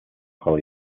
frau